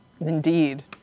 Indeed